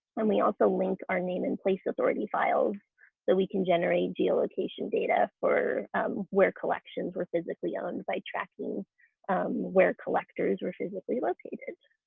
and we also link our name and place authority files so that we can generate geolocation data for where collections were physically owned by tracking where collectors were physically located.